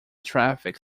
traffic